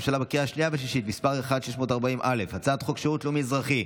ארבעה מתנגדים, שלושה נוכחים.